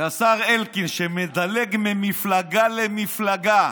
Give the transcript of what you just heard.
השר אלקין, שמדלג מפלגה למפלגה: